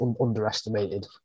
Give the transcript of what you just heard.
underestimated